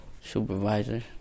Supervisor